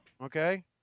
Okay